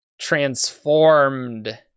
transformed